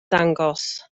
dangos